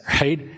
right